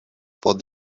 from